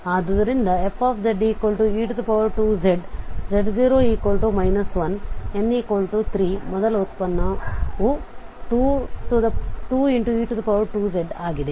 ಆದ್ದರಿಂದ fze2z z0 1 n3 ಮೊದಲ ಉತ್ಪನ್ನವು 2e2z ಆಗಿದೆ